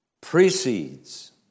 precedes